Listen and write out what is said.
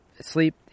sleep